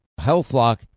HealthLock